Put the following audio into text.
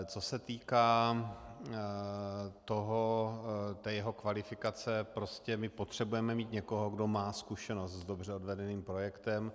Co se týká jeho kvalifikace, prostě my potřebujeme mít někoho, kdo má zkušenost s dobře odvedeným projektem.